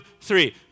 three